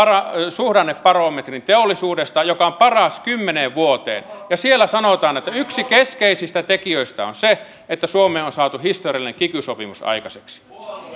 suhdannebarometrin teollisuudesta joka on paras kymmeneen vuoteen siellä sanotaan että yksi keskeisistä tekijöistä on se että suomeen on saatu historiallinen kiky sopimus aikaiseksi